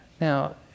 Now